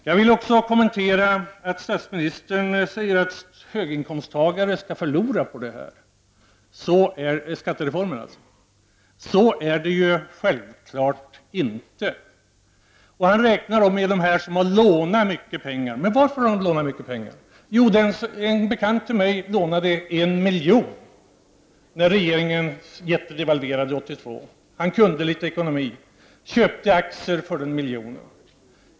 Jag vill också något kommentera att statsministern säger att höginkomsttagarna skall förlora på skattereformen. Så är det självfallet inte. Han räknar då med dem som har lånat mycket pengar. Varför har de lånat mycket pengar? Jag skall ta ett exempel. En bekant till mig lånade en miljon när regeringen genomförde den stora devalveringen 1982. Han kunde litet om ekonomi och köpte aktier för en miljon.